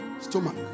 Stomach